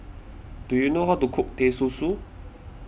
do you know how to cook Teh Susu